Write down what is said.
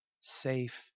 safe